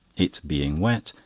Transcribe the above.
it being wet,